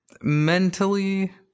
Mentally